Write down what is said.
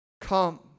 Come